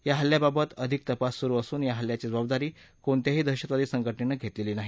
या हल्ल्याबाबत अधिक तपास सुरु असून या हल्ल्याची जबाबदारी कोणत्याही दहशतवादी संघटनेनं घेतलेली नाही